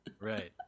right